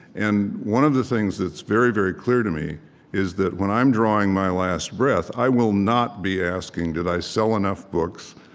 and one of the things that's very, very clear to me is that when i'm drawing my last breath, i will not be asking, did i sell enough books?